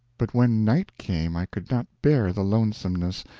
but when night came i could not bear the lonesomeness,